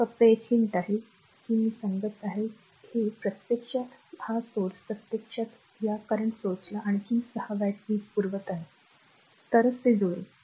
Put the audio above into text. तर फक्त एक hint आहे की मी सांगत नाही हे source प्रत्यक्षात या current source ला आणखी 6 वॅट वीज पुरवत आहे तरच ते जुळेल